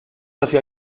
hacia